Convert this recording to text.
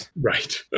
Right